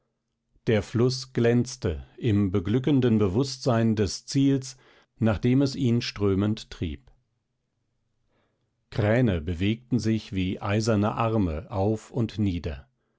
der fluß glänzte im beglückenden bewußtsein des ziels nach dem es ihn strömend trieb kräne bewegten sich wie eiserne arme auf und nieder